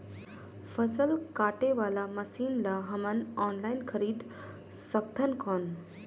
फसल काटे वाला मशीन ला हमन ऑनलाइन खरीद सकथन कौन?